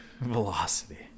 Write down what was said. Velocity